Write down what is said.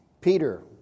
Peter